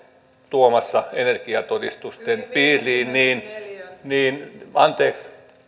tuomassa autotallit energiatodistusten piiriin anteeksi